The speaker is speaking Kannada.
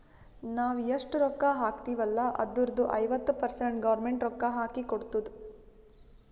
ನಾವ್ ಎಷ್ಟ ರೊಕ್ಕಾ ಹಾಕ್ತಿವ್ ಅಲ್ಲ ಅದುರ್ದು ಐವತ್ತ ಪರ್ಸೆಂಟ್ ಗೌರ್ಮೆಂಟ್ ರೊಕ್ಕಾ ಹಾಕಿ ಕೊಡ್ತುದ್